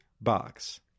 box